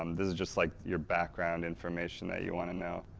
um this is just like your background information that you want to know.